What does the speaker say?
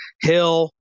Hill